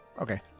Okay